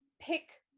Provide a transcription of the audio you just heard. pick